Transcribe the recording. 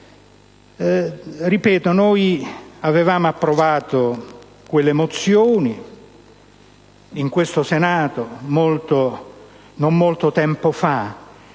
Ripeto: noi avevamo approvato quelle mozioni al Senato non molto tempo fa